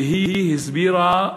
והיא הסבירה,